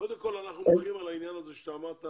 קודם כל, אנחנו מברכים על כך שאתה אמרת